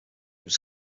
was